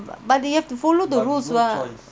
you have to follow the rules [what]